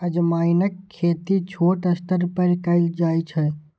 अजवाइनक खेती छोट स्तर पर कैल जाइ छै